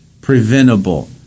preventable